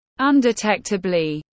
Undetectably